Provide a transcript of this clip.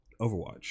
Overwatch